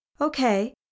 Okay